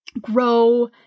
grow